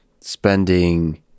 spending